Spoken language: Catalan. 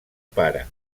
pare